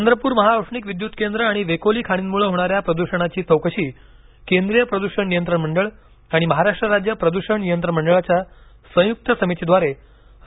चंद्रपूर महाऔष्णिक विद्युत केंद्र आणि वेकोली खाणींमुळे होणाऱ्या प्रद्षणाची चौकशी केंद्रीय प्रद्षण नियंत्रण मंडळ आणि महाराष्ट्र राज्य प्रद्षण नियंत्रण मंडळाच्या संयुक्त समितीने केल्याचे समोर येत आहे